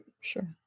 Sure